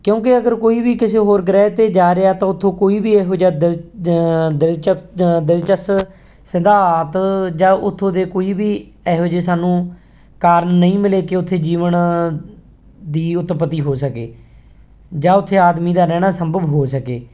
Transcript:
ਕਿਉਂਕਿ ਅਗਰ ਕੋਈ ਵੀ ਕਿਸੇ ਹੋਰ ਗ੍ਰਹਿ 'ਤੇ ਜਾ ਰਿਹਾ ਤਾਂ ਉੱਥੋਂ ਕੋਈ ਵੀ ਇਹੋ ਜਿਹਾ ਦਿਲ ਦਿਲਚਪ ਦਿਲਚਸਪ ਜਾਂ ਉੱਥੋਂ ਦੇ ਕੋਈ ਵੀ ਇਹੋ ਜਿਹੇ ਸਾਨੂੰ ਕਾਰਨ ਨਹੀਂ ਮਿਲੇ ਕਿ ਉੱਥੇ ਜੀਵਨ ਦੀ ਉਤਪਤੀ ਹੋ ਸਕੇ ਜਾਂ ਉੱਥੇ ਆਦਮੀ ਦਾ ਰਹਿਣਾ ਸੰਭਵ ਹੋ ਸਕੇ